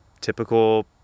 typical